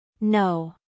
No